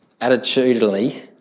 Attitudinally